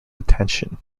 attention